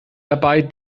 dabei